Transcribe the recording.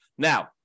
Now